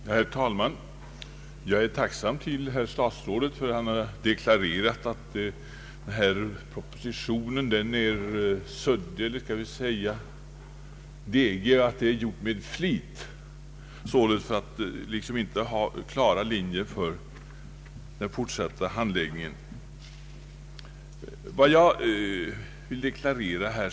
Herr talman! Jag är tacksam mot statsrådet Lundkvist för att han medgivit att denna proposition är suddig och för att han deklarerat att den skri vits så med avsikt, så att man inte skall ha klara linjer för den fortsatta handläggningen.